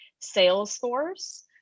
Salesforce